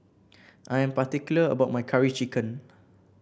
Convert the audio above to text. I am particular about my Curry Chicken